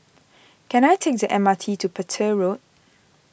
can I take the M R T to Petir Road